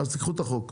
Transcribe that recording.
אז תיקחו את החוק.